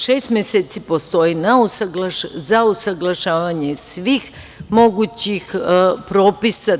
Šest meseci postoji za usaglašavanje svih mogućih propisa.